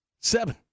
seven